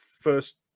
first